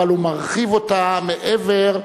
אבל הוא מרחיב אותה מעבר,